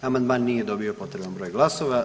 Amandman nije dobio potreban broj glasova.